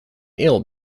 ill